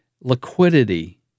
liquidity